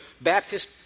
Baptist